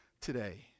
Today